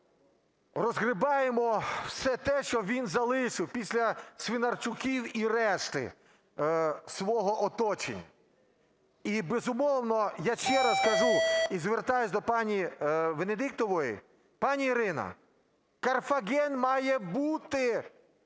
розгрібаємо все те, що він залишив після Свинарчуків і решти свого оточення. І, безумовно, я ще раз кажу і звертаюсь до пані Венедіктової. Пані Ірина, Карфаген має бути